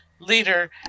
leader